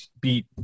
beat